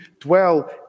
dwell